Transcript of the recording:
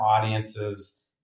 audiences